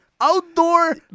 Outdoor